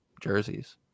jerseys